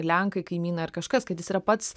lenkai kaimynai ar kažkas kad jis yra pats